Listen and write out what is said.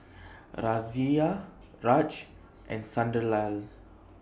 Razia Raj and Sunderlal